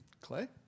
Clay